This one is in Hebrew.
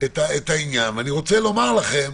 אני רוצה לומר לכם,